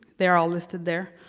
they are all listed there.